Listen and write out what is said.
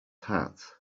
hat